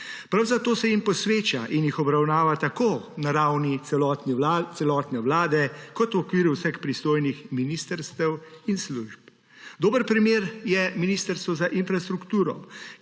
Prav zato se jim posveča in jih obravnava tako na ravni celotne vlade kot v okviru vseh pristojnih ministrstev in služb. Dober primer je Ministrstvo za infrastrukturo,